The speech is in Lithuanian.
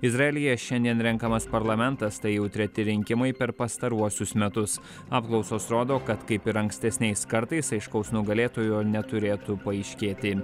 izraelyje šiandien renkamas parlamentas tai jau treti rinkimai per pastaruosius metus apklausos rodo kad kaip ir ankstesniais kartais aiškaus nugalėtojo neturėtų paaiškėti